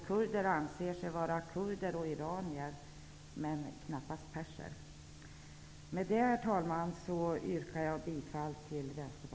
Kurder anser sig vara kurder och iranier, men knappast perser. Herr talman! Med det anförda yrkar jag bifall till